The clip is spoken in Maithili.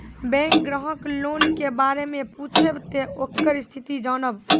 बैंक ग्राहक लोन के बारे मैं पुछेब ते ओकर स्थिति जॉनब?